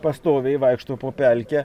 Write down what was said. pastoviai vaikšto po pelkę